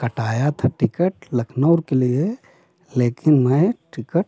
कटाया था टिकट लखनऊ के लिए लेकिन मैं टिकट